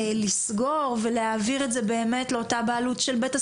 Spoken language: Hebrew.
לסגור ולהעביר את זה באמת לאותה בעלות של בית הספר.